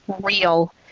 real